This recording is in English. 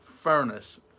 furnace